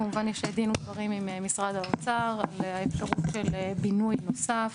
כמובן שיש דין ודברים עם משרד האוצר לאפשרות של בינוי נוסף.